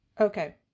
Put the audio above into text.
Okay